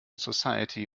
society